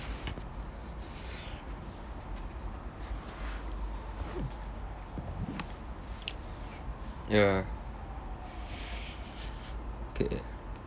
ya okay